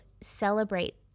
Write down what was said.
celebrate